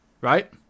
right